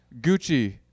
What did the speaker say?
Gucci